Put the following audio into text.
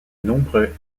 nombreux